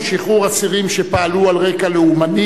פיצוי לפי ערך כינון),